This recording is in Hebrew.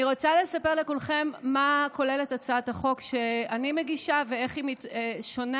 אני רוצה לספר לכולכם מה כוללת הצעת החוק שאני מגישה ואיך היא שונה,